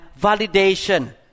validation